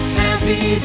happy